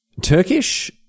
Turkish